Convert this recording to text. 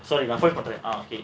so refer பண்றேன்:pandraen ah okay